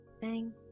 thank